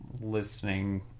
listening